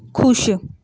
ਖੁਸ਼